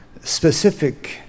specific